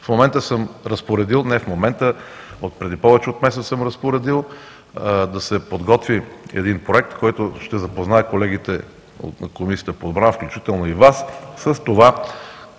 битовата престъпност. Преди повече от месец съм разпоредил да се подготви един проект, който ще запознае колегите от Комисията по отбрана, включително и Вас, с това